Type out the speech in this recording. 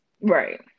Right